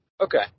Okay